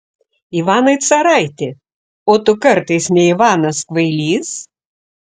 ivanai caraiti o tu kartais ne ivanas kvailys